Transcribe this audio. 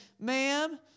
Ma'am